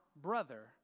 brother